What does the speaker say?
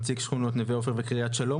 נציג שכונות נווה עופר וקרית שלום,